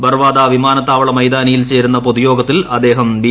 ബർവാദ വിമാനത്താവള മൈതാനിയിൽ ചേരുന്ന പൌത്ത്യോഗത്തിൽ അദ്ദേഹം ബി